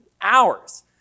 hours